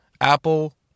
apple